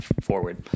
forward